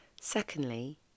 Secondly